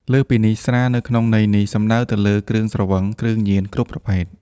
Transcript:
លើសពីនេះ ស្រានៅក្នុងន័យនេះសំដៅទៅលើគ្រឿងស្រវឹង គ្រឿងញៀនគ្រប់ប្រភេទ។